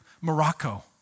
Morocco